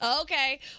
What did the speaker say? Okay